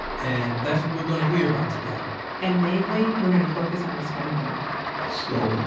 and that's what we're gonna hear about today and, mainly, we're gonna focus on this guy here so,